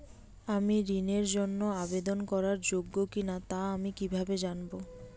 আমি ঋণের জন্য আবেদন করার যোগ্য কিনা তা আমি কীভাবে জানব?